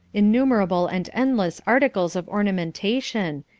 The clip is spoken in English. innumerable and endless articles of ornamentation,